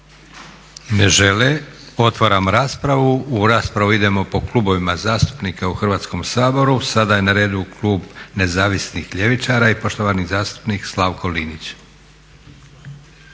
Ne žele. Otvaram raspravu. U raspravu idemo po klubovima zastupnika u Hrvatskom saboru. Sada je na redu klub Nezavisnih ljevičara i poštovani zastupnik Slavko Linić.